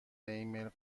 ایمیل